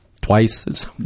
twice